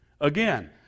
Again